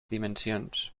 dimensions